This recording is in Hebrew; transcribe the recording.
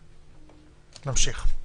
נמשיך.